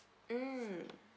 mm